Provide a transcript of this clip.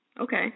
Okay